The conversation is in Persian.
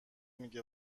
میگه